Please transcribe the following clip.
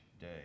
day